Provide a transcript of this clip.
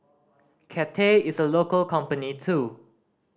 Cathay is a local company too